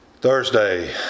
Thursday